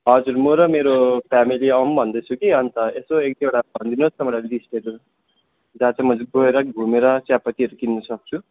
हजुर म र मेरो फेमिली आउँ भन्दैछु कि अन्त यसो एकदुईवटा भनिदिनुहोस् न मलाई लिस्टहरू जहाँ चाहिँ म गएर घुमेर चियापत्तीहरू किन्न सक्छु